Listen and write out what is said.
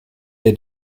der